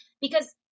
because-